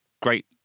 Great